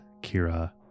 Kira